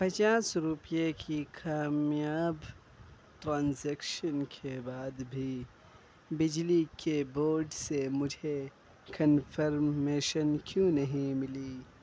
پچاس روپے کی کامیاب ٹرانزیکشن کے بعد بھی بجلی کے بورڈ سے مجھے کنفرمیشن کیوں نہیں ملی